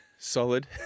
Solid